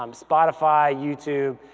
um spotify, youtube.